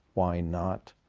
why not.